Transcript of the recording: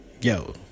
Yo